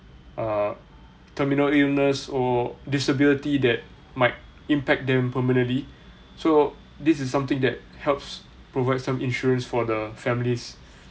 uh terminal illness or disability that might impact them permanently so this is something that helps provide some insurance for the families